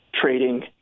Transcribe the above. trading